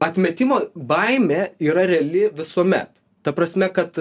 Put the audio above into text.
atmetimo baimė yra reali visuomet ta prasme kad